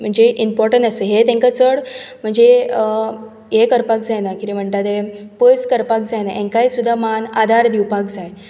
म्हणजे इंम्पोर्टन्ट आसा हे तेंका चड म्हणजे हे करपाक जायना कितें म्हणटात ते पयस करपाक जायना हेंका समान आदार दिवपाक जाय